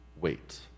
wait